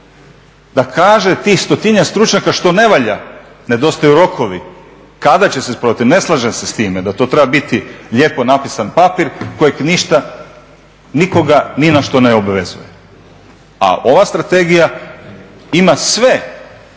da kaže tih 100-njak stručnjaka što ne valja. Nedostaju rokovi, kada će se provesti? Ne slažem se s time da to treba biti lijepo napisan papir koji nikoga ni na što ne obvezuje. A ova strategija ima sve